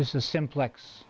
this is simplex